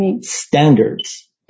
standards